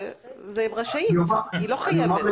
היא לא חייבת.